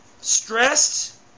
stressed